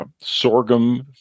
sorghum